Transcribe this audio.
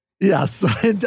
Yes